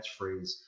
catchphrase